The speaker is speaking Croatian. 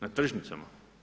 Na tržnicama?